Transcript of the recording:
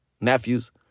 Nephews